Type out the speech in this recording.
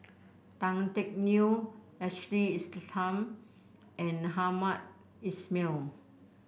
Tan Teck Neo Ashley Isham and Hamed Ismail